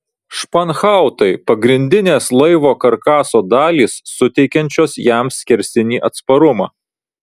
španhautai pagrindinės laivo karkaso dalys suteikiančios jam skersinį atsparumą